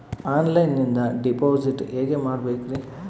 ಆನ್ಲೈನಿಂದ ಡಿಪಾಸಿಟ್ ಹೇಗೆ ಮಾಡಬೇಕ್ರಿ?